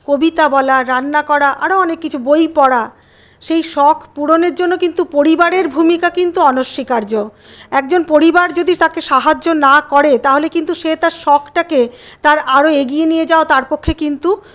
কবিতা বলা রান্না করা আরও অনেক কিছু বই পড়া সেই শখ পূরণের জন্য কিন্তু পরিবারের ভূমিকা কিন্তু অনস্বীকার্য একজন পরিবার যদি তাকে সাহায্য না করে তাহলে কিন্তু সে তার শখটাকে তার আরও এগিয়ে নিয়ে যাওয়া তার পক্ষে কিন্তু